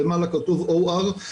למעלה כתוב OR,